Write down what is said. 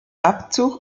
abzug